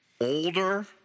older